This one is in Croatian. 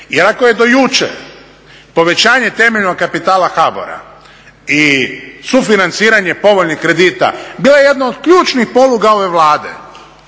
Jer ako je do jučer povećanje temeljnog kapitala HBOR-a i sufinanciranje povoljnih kredita bila jedna od ključnih poluga ove Vlade,